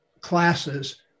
classes